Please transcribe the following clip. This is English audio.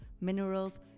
minerals